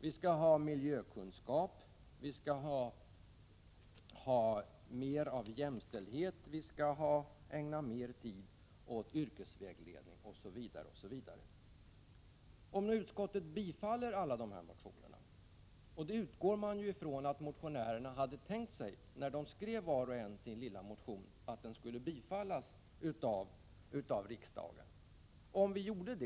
Vi skall ha miljökunskap, mer av jämställdhet, och vi skall ägna mer tid åt yrkesvägledning osv. Man måste utgå från att motionärerna har tänkt sig, när de skrivit var sin lilla motion, att deras motioner skall bifallas av riksdagen. Om vi biföll